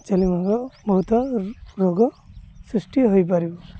ଚାେଲି ମଙ୍ଗ ବହୁତ ରୋଗ ସୃଷ୍ଟି ହୋଇପାରିବ